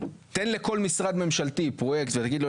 תן לכל משרד ממשלתי פרויקט ותגיד לו,